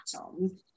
on